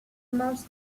most